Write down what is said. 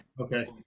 Okay